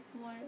more